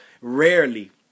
rarely